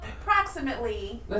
approximately